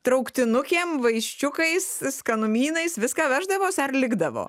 trauktinukėm vaiščiukais skanumynais viską veždavosi ar likdavo